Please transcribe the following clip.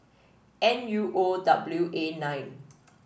N U O W A nine